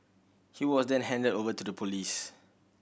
he was then handed over to the police